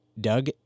Doug